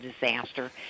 disaster